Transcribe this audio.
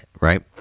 right